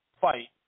fight